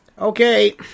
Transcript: Okay